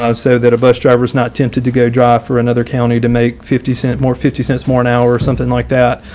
um so that a bus driver is not tempted to go drive for another county to make fifty cent more fifty cents more an or something like that.